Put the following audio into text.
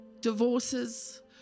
divorces